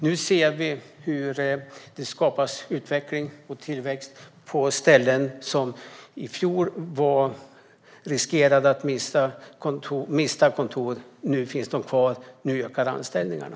Nu ser vi hur det skapas utveckling och tillväxt på ställen som i fjol riskerade att mista kontor. Kontoren finns kvar, och nu ökar anställningarna.